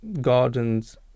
gardens